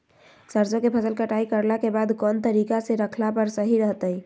सरसों के फसल कटाई करला के बाद कौन तरीका से रखला पर सही रहतय?